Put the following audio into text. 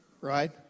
right